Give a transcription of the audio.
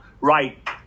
right